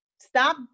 Stop